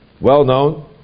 well-known